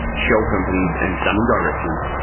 shell companies and dummy directors,